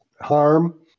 harm